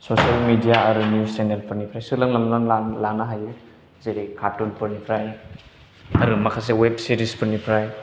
social media आरो news channel फोरनिफ्राय सोलोंनानै लानो हायो जेरै कार्टुन फोरनिफ्राय आरो माखासे वेब सिरिस फोरनिफ्राय